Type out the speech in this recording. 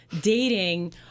dating